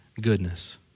goodness